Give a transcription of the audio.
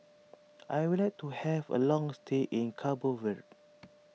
I would like to have a long stay in Cabo Verde